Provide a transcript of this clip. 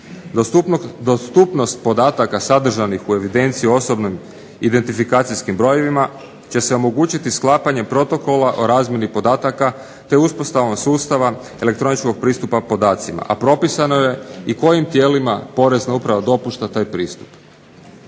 Dostupnost podataka sadržanih u evidenciji osobnim identifikacijskim brojevima će se omogućiti sklapanje Protokola o razmjeni podataka, te uspostavom sustava elektroničkog pristupa podacima, a propisano je i kojim tijelima Porezna uprava dopušta taj pristup.